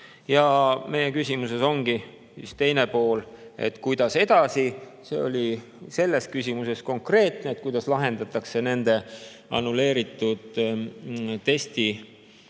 Ja meie küsimuses ongi teine pool, et kuidas edasi. See oli selles küsimuses konkreetne: kuidas lahendatakse nende annulleeritud testide